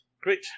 Great